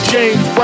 James